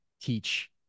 teach